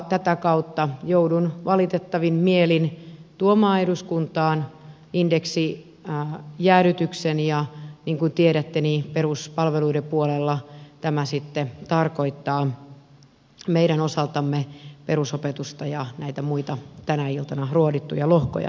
tätä kautta joudun valitettavin mielin tuomaan eduskuntaan indeksijäädytyksen ja niin kuin tiedätte peruspalveluiden puolella tämä sitten tarkoittaa meidän osaltamme perusopetusta ja näitä muita tänä iltana ruodittuja lohkoja